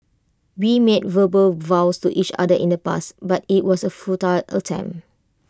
we made verbal vows to each other in the past but IT was A futile attempt